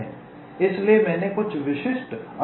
इसलिए मैंने कुछ विशिष्ट अंतर्संबंध दिखाए हैं